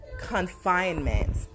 confinement